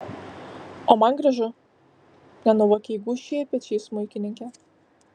o man gražu nenuovokiai gūžčiojo pečiais smuikininkė